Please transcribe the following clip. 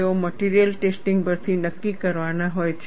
તેઓ material testing પરથી નક્કી કરવાના હોય છે